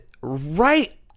right